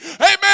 Amen